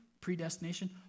predestination